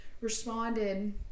responded